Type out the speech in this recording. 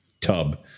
tub